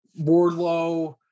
Wardlow